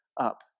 up